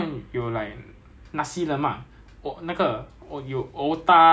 所以我去 gedong right 因为我我 B_M_T 出来 I